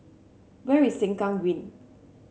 where is Sengkang Green